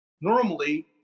normally